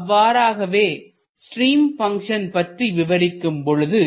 அவ்வாறாகவே stream function பற்றி விவரிக்கும் பொழுது